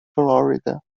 florida